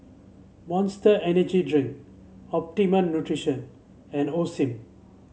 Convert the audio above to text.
Monster Energy Drink Optimum Nutrition and Osim